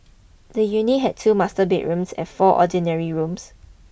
the unit had two master bedrooms and four ordinary rooms